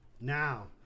now